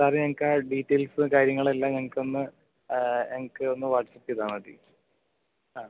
sir ഞങ്ങൾക്ക് ആ ഡീറ്റേയ്ൽസും കാര്യങ്ങളും എല്ലാം ഞങ്ങൾക്കൊന്ന് ഞങ്ങൾക്കൊന്ന് വാട്സപ്പ് ചെയ്താൽ മതി ആ